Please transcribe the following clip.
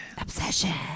obsession